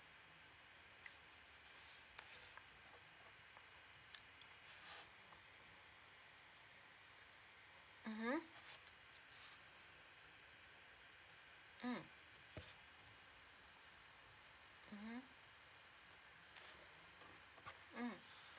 mmhmm